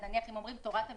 אם אומרים "תורת המשפט",